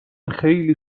خیلی